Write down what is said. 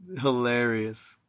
Hilarious